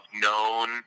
known